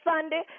Sunday